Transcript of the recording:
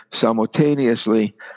simultaneously